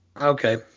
Okay